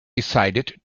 decided